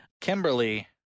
Kimberly